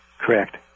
Correct